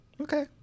Okay